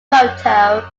photo